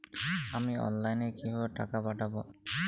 আমি অনলাইনে কিভাবে টাকা পাঠাব?